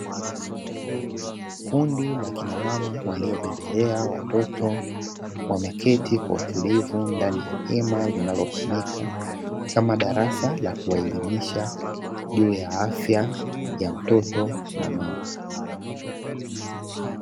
Kundi la kina mama waliobebelea watoto wameketi kwa utulivu ndani ya hema linalotumika kama darasa la kuwaelimisha juu ya afya ya mtoto na mama.